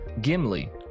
Gimli